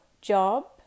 job